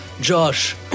Josh